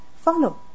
follow